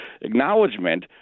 acknowledgement